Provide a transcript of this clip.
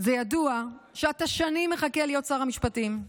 זה ידוע שאתה שנים מחכה להיות שר המשפטים.